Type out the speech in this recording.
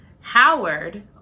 Howard